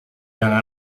yang